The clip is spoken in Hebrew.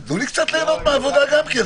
תנו לי קצת ליהנות מהעבודה גם כן,